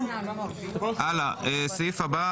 הסעיף הבא,